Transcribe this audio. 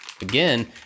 again